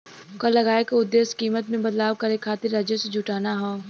कर लगाये क उद्देश्य कीमत में बदलाव करे खातिर राजस्व जुटाना हौ